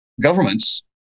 governments